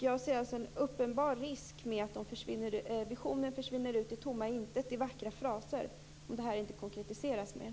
Jag ser en uppenbar risk att visionen försvinner ut i tomma intet i vackra fraser om detta inte konkretiseras mera.